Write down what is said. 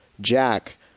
jack